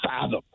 fathom